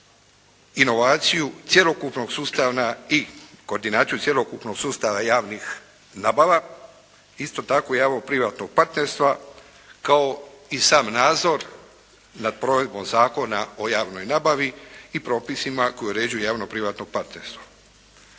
inovaciju cjelokupnog sustava i koordinaciju cjelokupnog sustava javnih nabava, isto tako i javno privatnog partnerstva kao i sam nadzor nad provedbom Zakona o javnoj nabavi i propisima koji uređuju javno privatno partnerstvo.